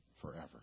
forever